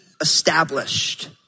established